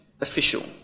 official